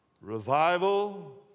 revival